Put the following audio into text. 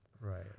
Right